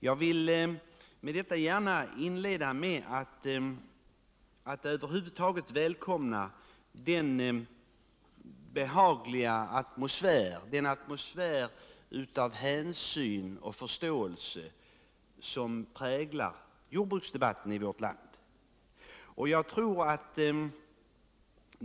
| Jag vill gärna inleda med att välkomna den behagliga atmosfär av hänsyn och förståelse som präglar jordbruksdebatten i vårt land.